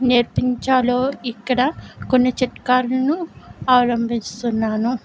నేర్పించాలో ఇక్కడ కొన్ని చిట్కాలను అవలంభిస్తున్నాను